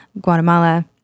Guatemala